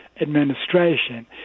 administration